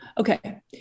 Okay